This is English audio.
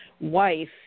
wife